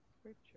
scripture